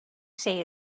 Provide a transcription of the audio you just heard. say